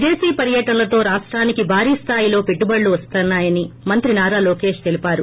విదేశీ పర్యటనలతో రాష్టానికి భారీ స్థాయిలో పెట్టుటడులు వస్తున్నాయని మంత్రి నారా లోకేష్ తెలిపారు